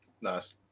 Nice